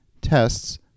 Tests